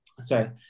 Sorry